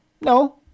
No